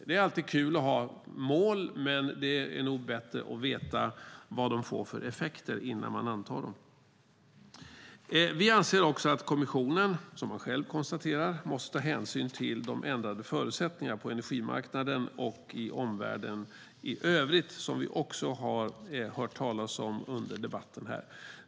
Det är alltid kul att ha mål, men det är nog bättre att veta vad de får för effekter innan man antar dem. Vi anser också att kommissionen, som man själv konstaterar, måste ta hänsyn till de ändrade förutsättningarna på energimarknaden och i omvärlden i övrigt, vilket vi också har hört talas om under debatten här.